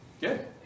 Good